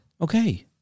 Okay